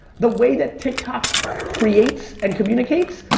the way that tiktok creates and communicates,